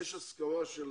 קרן, זאת בעיה שצריך לפתור